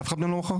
אף אחד מהם לא מכר?